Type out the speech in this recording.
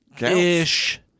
Ish